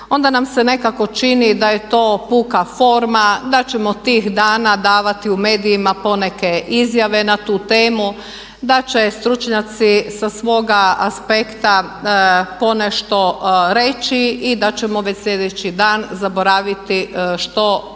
onda nam se nekako čini da je to puka forma, da ćemo tih dana davati u medijima poneke izjave na tu temu, da će stručnjaci sa svoga aspekta ponešto reći i da ćemo već sljedeći dan zaboraviti što smo